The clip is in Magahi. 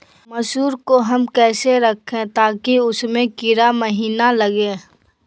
मसूर को हम कैसे रखे ताकि उसमे कीड़ा महिना लगे?